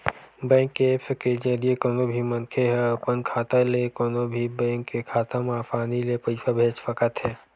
bank के apps के जरिए कोनो भी मनखे ह अपन खाता ले कोनो भी बेंक के खाता म असानी ले पइसा भेज सकत हे